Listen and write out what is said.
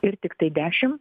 ir tiktai dešim